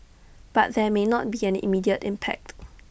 but there may not be an immediate impact